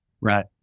right